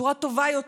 בצורה טובה יותר.